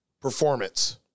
Performance